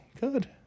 good